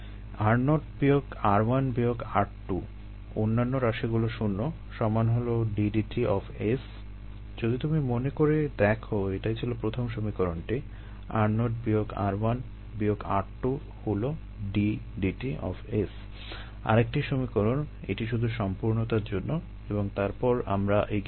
r0 বিয়োগ r1 বিয়োগ r2 অন্যান্য রাশিগুলো শূণ্য সমান হলো ddt of S যদি তুমি মনে করে দেখো এটাই ছিলো প্রথম সমীকরণটি r0 বিয়োগ r1 বিয়োগ r2 হলো d S d t আরেকটি সমীকরণ এটি শুধু সম্পূর্ণতার জন্য এবং এরপর আমরা এগিয়ে যাবো